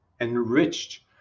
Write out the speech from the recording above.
enriched